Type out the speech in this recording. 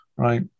Right